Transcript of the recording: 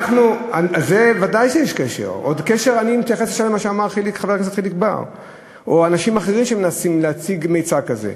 זה נכון, אבל מה הקשר בין זה לזיופים?